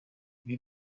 ibi